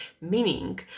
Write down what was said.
meaning